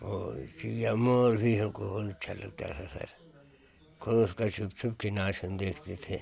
और चिड़िया मोर भी हमको बहुत अच्छा लगता है सर और उसका छुप छुप के उसका नाच हम देखते थे